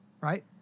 right